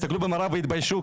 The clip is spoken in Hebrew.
יסתכלו במראה ויתביישו,